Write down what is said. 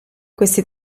questi